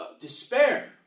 despair